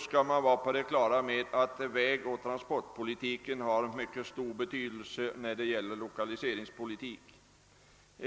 skall man vara på det klara med att vägoch transportpolitiken har mycket stor betydelse för lokaliseringspolitiken.